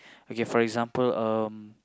okay for example um